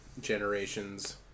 Generations